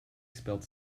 spelled